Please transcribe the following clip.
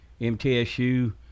mtsu